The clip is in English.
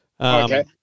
Okay